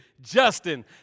Justin